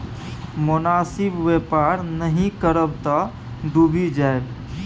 मोनासिब बेपार नहि करब तँ डुबि जाएब